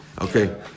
Okay